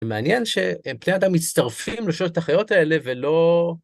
זה מעניין ש... בני אדם מצטרפים לשלושת החיות האלה ולא...